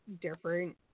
different